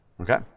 okay